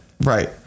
Right